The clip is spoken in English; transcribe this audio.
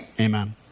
Amen